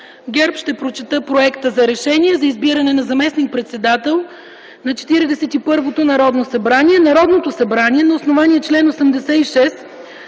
ГЕРБ ще прочета проект за решение за избиране на заместник-председател на 41-то Народно събрание: „Народното събрание,